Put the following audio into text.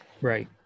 Right